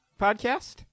podcast